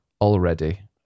already